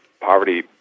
poverty